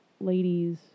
ladies